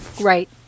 Right